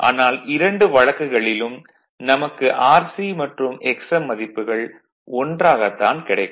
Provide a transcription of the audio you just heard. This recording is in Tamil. ஆனால் இரண்டு வழக்குகளிலும் நமக்கு Rc மற்றும் Xm மதிப்புகள் ஒன்றாகத் தான் கிடைக்கும்